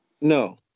No